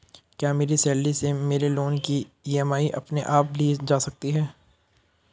क्या मेरी सैलरी से मेरे लोंन की ई.एम.आई अपने आप ली जा सकती है?